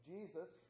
Jesus